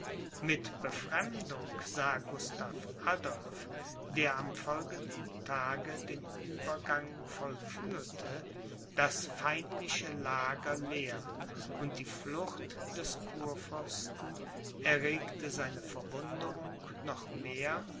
mit befremdung sah gustav adolph der am folgenden tage den uebergang vollführte das feindliche lager leer und die flucht des kurfürsten erregte seine verwunderung noch mehr